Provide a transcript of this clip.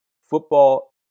football